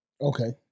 Okay